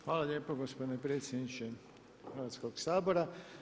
Hvala lijepo gospodine predsjedniče Hrvatskog sabora.